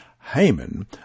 Haman